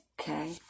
Okay